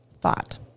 thought